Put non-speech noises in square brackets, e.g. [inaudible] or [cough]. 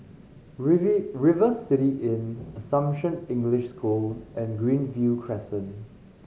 [unintelligible] River City Inn Assumption English School and Greenview Crescent